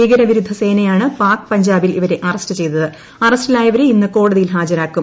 ഭീകര പ്രിരുദ്ധ സേനയാണ് പാക്ക് പഞ്ചാബിൽ ഇവരെ അറസ്റ്റ് ചെയ്തിൽ അറസ്റ്റിലായവരെ ഇന്ന് കോടതിയിൽ ഹാജരാക്കും